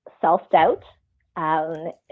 self-doubt